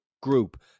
group